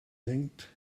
yanked